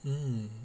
mm